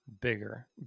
bigger